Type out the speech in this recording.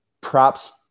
props